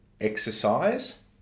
exercise